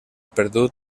perdut